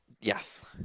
Yes